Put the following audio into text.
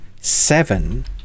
seven